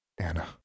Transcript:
Anna